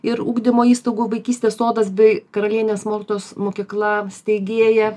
ir ugdymo įstaugų vaikystės sodas bei karalienės mortos mokykla steigėja